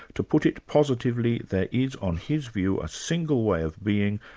to put it positively, there is, on his view, a single way of being,